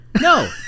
No